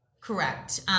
Correct